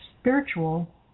spiritual